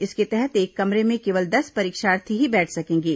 इसके तहत एक कमरे में केवल दस परीक्षार्थी ही बैठ सकेंगे